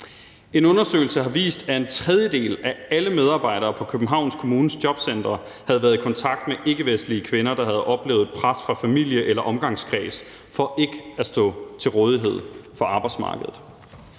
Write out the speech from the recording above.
En undersøgelse har vist, at en tredjedel af alle medarbejdere på Københavns Kommunes jobcentre havde været i kontakt med ikkevestlige kvinder, der havde oplevet et pres fra familie eller omgangskreds for ikke at stå til rådighed for arbejdsmarkedet.